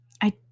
I